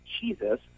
Jesus